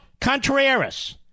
Contreras